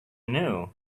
knew